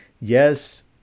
yes